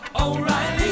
O'Reilly